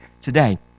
today